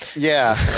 yeah.